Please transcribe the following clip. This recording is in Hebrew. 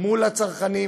מול הצרכנים.